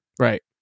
right